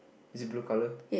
is it blue colour